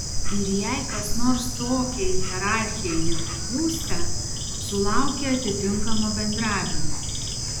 ir jei kas nors tokiai hierarchijai nepaklūsta sulaukia atitinkamo bendravimo